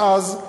ואז,